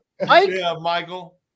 Michael